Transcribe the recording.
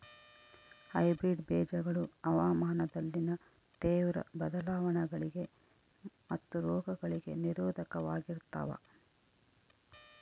hybrid ಬೇಜಗಳು ಹವಾಮಾನದಲ್ಲಿನ ತೇವ್ರ ಬದಲಾವಣೆಗಳಿಗೆ ಮತ್ತು ರೋಗಗಳಿಗೆ ನಿರೋಧಕವಾಗಿರ್ತವ